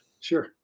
Sure